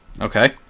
Okay